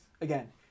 Again